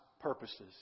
purposes